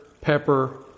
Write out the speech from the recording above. pepper